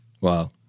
Wow